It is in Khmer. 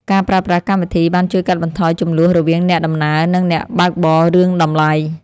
ការប្រើប្រាស់កម្មវិធី បានជួយកាត់បន្ថយជម្លោះរវាងអ្នកដំណើរ និងអ្នកបើកបររឿងតម្លៃ។